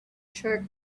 jerk